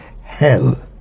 hell